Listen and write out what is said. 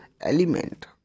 element